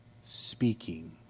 Speaking